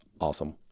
awesome